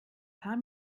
paar